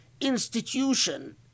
institution